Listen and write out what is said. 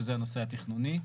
שזה הנושא התכנוני.